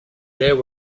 there